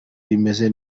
rimeze